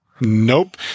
Nope